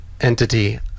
entity